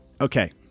Okay